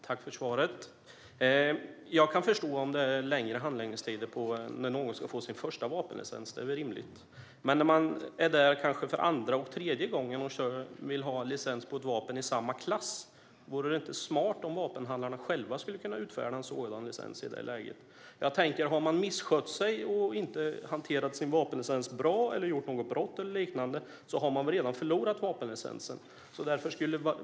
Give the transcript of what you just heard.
Fru talman! Tack för svaret! Jag kan förstå om det blir längre handläggningstider när någon ska få sin första vapenlicens. Det är rimligt. Men vore det inte smart, om man är där för kanske andra eller tredje gången och vill ha licens för ett vapen i samma klass, om vapenhandlarna själva skulle kunna utfärda en sådan licens? Om man har misskött sig och inte har hanterat sin vapenlicens på ett bra sätt, begått något brott eller liknande har man nog redan förlorat sin vapenlicens.